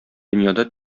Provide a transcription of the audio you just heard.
дөньяда